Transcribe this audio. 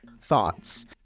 thoughts